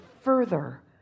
further